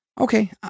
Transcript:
Okay